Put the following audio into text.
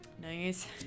Nice